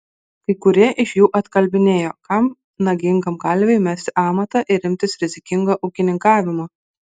kai kurie iš jų atkalbinėjo kam nagingam kalviui mesti amatą ir imtis rizikingo ūkininkavimo